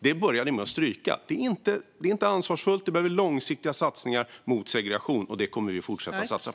Det börjar ni med att stryka. Det är inte ansvarsfullt. Vi behöver långsiktiga satsningar mot segregation, och det kommer vi att fortsätta med.